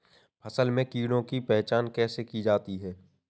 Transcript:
फसल में कीड़ों की पहचान कैसे की जाती है?